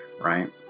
right